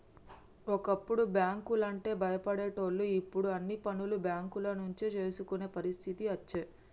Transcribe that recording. ఒకప్పుడు బ్యాంకు లంటే భయపడేటోళ్లు ఇప్పుడు అన్ని పనులు బేంకుల నుంచే చేసుకునే పరిస్థితి అచ్చే